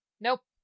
nope